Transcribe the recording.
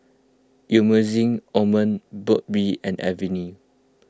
Emulsying Ointment Burt's Bee and Avene